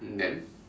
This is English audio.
then